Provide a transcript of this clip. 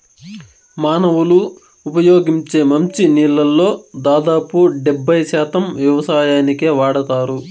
మానవులు ఉపయోగించే మంచి నీళ్ళల్లో దాదాపు డెబ్బై శాతం వ్యవసాయానికే వాడతారు